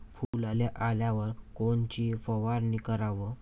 फुलाले आल्यावर कोनची फवारनी कराव?